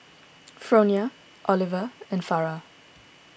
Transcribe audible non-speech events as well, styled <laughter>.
<noise> Fronia Oliver and Farrah